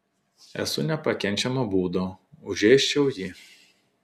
esu nepakenčiamo būdo užėsčiau jį